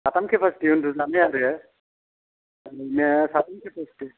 साथाम केपासिटि उन्दुजानाय आरो बिदिनो साथाम केपासिटि